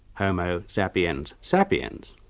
homo sapiens sapiens,